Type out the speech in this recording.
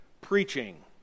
preaching